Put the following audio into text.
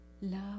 love